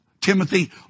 Timothy